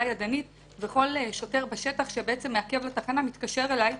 ידנית וכל שוטר בשטח שמעקב לתחנה מתקשר אליי,